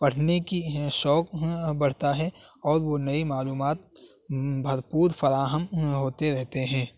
پڑھنے کی شوق بڑھتا ہے اور وہ نئی معلومات بھرپور فراہم ہوتے رہتے ہیں